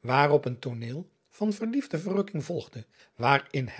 waarop een tooneel van verliefde verrukking volgde waarin